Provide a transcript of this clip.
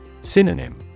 Synonym